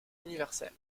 universel